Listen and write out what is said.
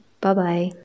bye-bye